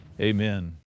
Amen